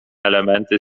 elementy